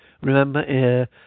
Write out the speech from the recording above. remember